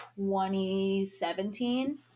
2017